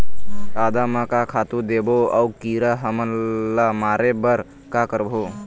आदा म का खातू देबो अऊ कीरा हमन ला मारे बर का करबो?